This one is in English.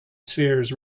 spheres